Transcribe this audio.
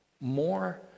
more